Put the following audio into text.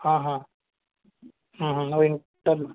ہاں ہاں ہوں ہوں وہ انٹر